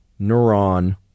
Neuron